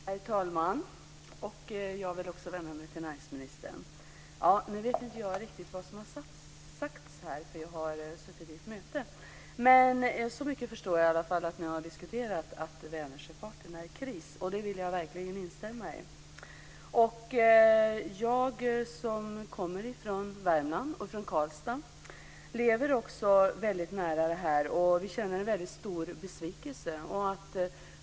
Herr talman! Också jag vill vända mig till näringsministern. Jag vet inte riktigt vad som har sagts, för jag har suttit i ett möte. Men så mycket förstår jag att ni har diskuterat att Vänersjöfarten är i kris, och det vill jag verkligen instämma i. Jag, som kommer från Värmland och från Karlstad, lever också väldigt nära detta. Vi känner en väldigt stor besvikelse.